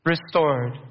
restored